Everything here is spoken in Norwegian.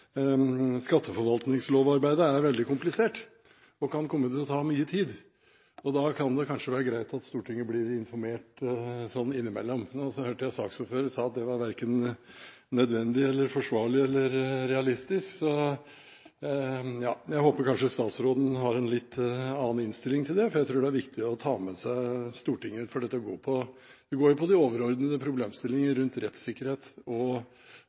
skatteforvaltningslovarbeidet er veldig komplisert og kan komme til å ta mye tid. Da kan det kanskje være greit at Stortinget blir informert innimellom. Nå hørte jeg saksordføreren si at det var verken nødvendig, forsvarlig eller realistisk. Jeg håper statsråden kanskje har en litt annen innstilling til det. Jeg tror det er viktig å ta med seg Stortinget, for dette går på de overordnede problemstillinger rundt rettssikkerhet og